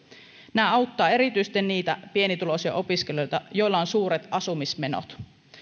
nämä auttavat erityisesti niitä pienituloisia opiskelijoita joilla on suuret asumismenot